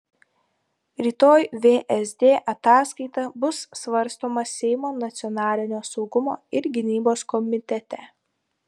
rytoj vsd ataskaita bus svarstoma seimo nacionalinio saugumo ir gynybos komitete